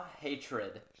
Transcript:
hatred